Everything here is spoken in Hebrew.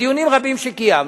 בדיונים רבים שקיימנו,